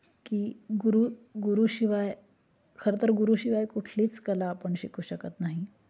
की गुरु गुरुशिवाय खरं तर गुरुशिवाय कुठलीच कला आपण शिकू शकत नाही